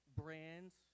brands